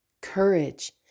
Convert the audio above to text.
courage